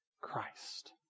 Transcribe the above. Christ